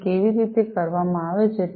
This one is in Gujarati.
તેથી કેવી રીતે કરવામાં આવે છે